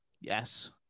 yes